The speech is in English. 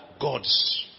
gods